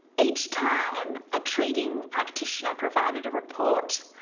each time a treating practitioner provided a report,